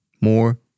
More